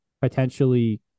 potentially